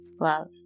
Love